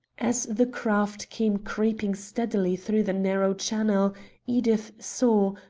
as the craft came creeping steadily through the narrow channel edith saw,